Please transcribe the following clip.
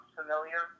familiar